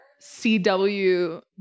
cw